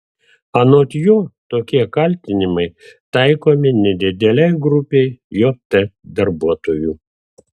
anot jo tokie kaltinimai taikomi nedidelei grupei jt darbuotojų